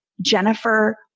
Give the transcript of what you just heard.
Jennifer